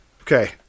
Okay